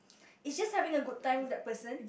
it's just having a good time with that person